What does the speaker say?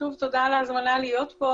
שוב תודה על ההזמנה להיות פה